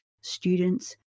students